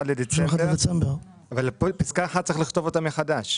את פסקה (1) צריך לכתוב מחדש.